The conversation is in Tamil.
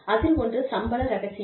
அதில் ஒன்று சம்பள ரகசியம்